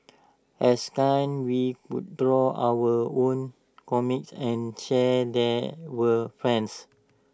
as we would draw our own comics and share they with friends